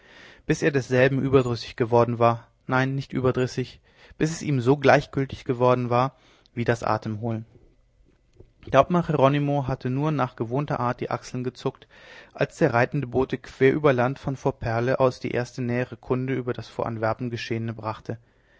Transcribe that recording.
bis er desselben überdrüssig geworden war nein nicht überdrüssig bis es ihm so gleichgültig geworden war wie wie das atemholen der hauptmann jeronimo hatte nur nach gewohnter art die achseln gezuckt als der reitende bote quer über land von fort perle aus die erste nähere kunde über das vor antwerpen geschehene brachte